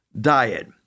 diet